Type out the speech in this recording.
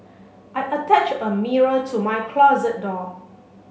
I attached a mirror to my closet door